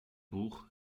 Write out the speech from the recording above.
buch